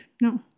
no